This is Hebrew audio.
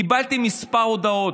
קיבלתי כמה הודעות.